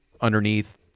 underneath